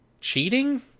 cheating